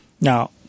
Now